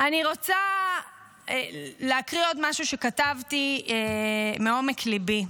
אני רוצה להקריא עוד משהו שכתבתי מעומק ליבי.